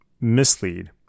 mislead